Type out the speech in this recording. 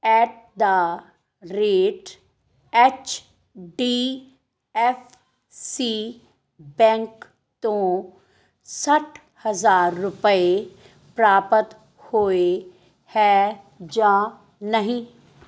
at the rate H D F C bank ਤੋਂ ਸੱਠ ਹਜ਼ਾਰ ਰੁਪਏ ਪ੍ਰਾਪਤ ਹੋਏ ਹੈ ਜਾਂ ਨਹੀਂ